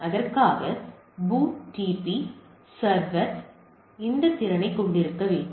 அதற்காக BOOTP server இந்த திறனைக் கொண்டிருக்க வேண்டும்